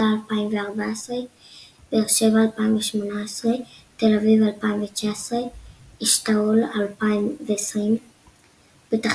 - 2014 באר שבע - 2018 תל אביב - 2019 אשתאול - 2020 פתח